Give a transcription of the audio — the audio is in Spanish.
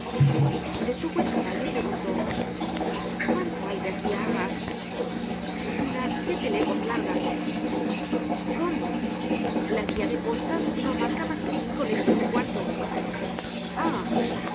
detuvo el caballo y preguntó cuánto hay de aquí á arras unas siete leguas largas cómo la guia de postas no marca mas que cinco leguas y cuarto